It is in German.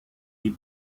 die